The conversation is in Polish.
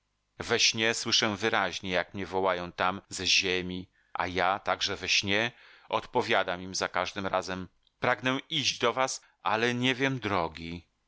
we śnie słyszę wyraźnie jak mnie wołają tam ze ziemi a ja także we śnie odpowiadam im za każdym razem pragnę iść do was ale nie wiem drogi